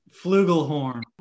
Flugelhorn